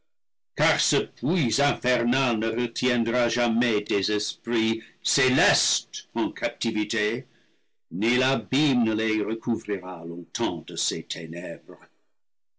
car ce puits in fernal ne retiendra jamais des esprits célestes en captivité ni l'abîme ne les recouvrira longtemps de ses ténèbres